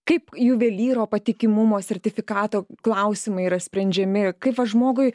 kaip juvelyro patikimumo sertifikato klausimai yra sprendžiami kaip va žmogui